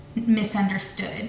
misunderstood